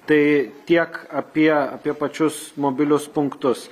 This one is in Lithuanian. tai tiek apie apie pačius mobilius punktus